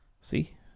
See